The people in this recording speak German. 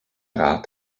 rat